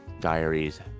diaries